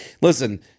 listen